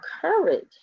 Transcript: courage